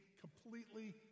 completely